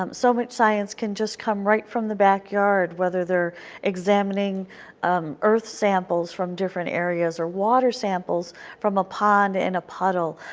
um so much science can just come right from the backyard, whether they are examining um earth samples from different areas or water samples from a pond and a puddle.